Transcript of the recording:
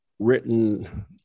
written